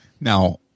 Now